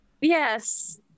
Yes